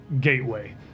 gateway